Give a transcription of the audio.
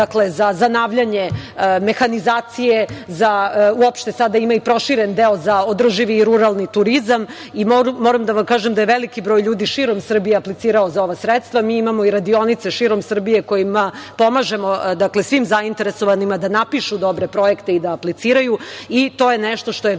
programi za … mehanizacije, uopšte, sada ima i proširen deo za održivi u ruralni turizam. Moram da vam kažem da je veliki broj ljudi širom Srbije aplicirao za ova sredstva. Mi imamo i radionice širom Srbije kojima pomažemo, dakle, svim zainteresovanim da napišu dobre projekte i da apliciraju i to je nešto što je